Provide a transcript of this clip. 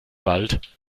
wald